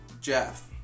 Jeff